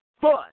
fun